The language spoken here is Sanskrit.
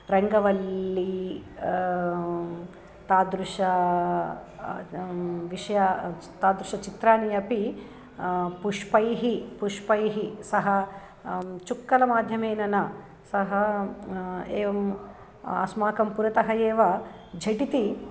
रङ्गवल्ली तादृश विषया तादृश चित्राणि अपि पुष्पैः पुष्पैः सह चुक्कलमाध्यमेन न सः एवम् अस्माकं पुरतः एव झटिति